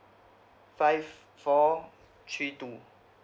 five four three two